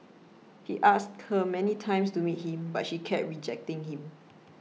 he asked her many times to meet him but she kept rejecting him